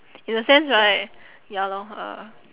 in a sense right ya lor uh